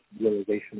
realization